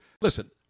listen